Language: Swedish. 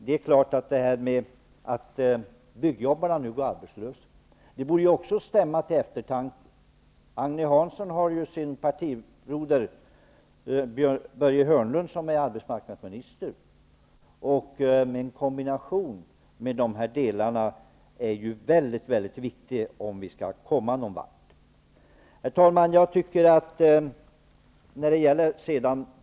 Det faktum att byggjobbarna nu går arbetslösa borde också stämma till eftertanke. Agne Hanssons partibroder Börje Hörnlund är arbetsmarknadsminister. Kombinationen av dessa delar är mycket viktig om vi skall komma någon vart. Herr talman!